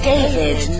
David